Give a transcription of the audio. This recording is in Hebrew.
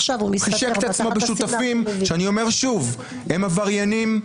הוא חישק את עצמו בשותפים שאני אומר שוב שהם עבריינים.